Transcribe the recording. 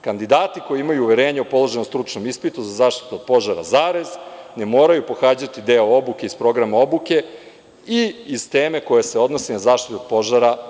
Kandidati koji imaju uverenje o položenom stručnom ispitu za zaštitu od požara, ne moraju pohađati deo obuke iz programa obuke i iz teme koja se odnosi na zaštitu od požara“